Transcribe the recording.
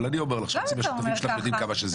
אבל אני אומר לך שחצי מהשותפים שלך יודעים כמה שזה רע.